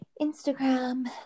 Instagram